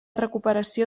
recuperació